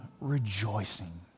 rejoicing